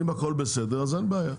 אם הכול בסדר אז אין בעיה,